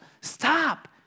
stop